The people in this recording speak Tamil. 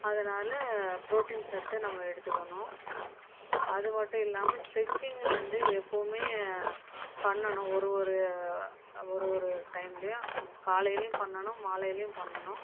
அதனால் ப்ரோட்டீன் சத்து நம்ம எடுத்துக்கணும் அது மட்டும் இல்லாமல் ஸ்ட்ரெட்சிங்கும் வந்து எப்போவுமே பண்ணணும் ஒரு ஒரு ஒரு ஒரு டைம்லையும் காலைலையும் பண்ணணும் மாலைலையும் பண்ணணும்